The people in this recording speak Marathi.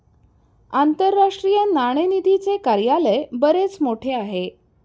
आंतरराष्ट्रीय नाणेनिधीचे कार्यालय बरेच मोठे आहे